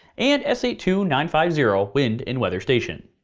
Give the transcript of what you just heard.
and s eight two nine five zero wind and weather station.